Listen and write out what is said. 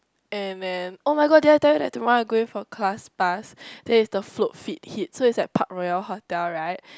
and then [oh]-my-god did I tell you that tomorrow I going for class pass then it's the float fit hit so it's at Park Royal Hotel right